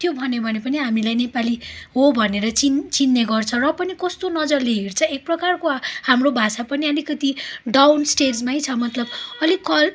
त्यो भन्यो भने पनि हामीलाई नेपाली हो भनेर चिन् चिन्ने गर्छ र पनि कस्तो नजरले हेर्छ एक प्रकारको हाम्रो भाषा पनि अलिकति डाउन स्टेजमै मतलब अलिकल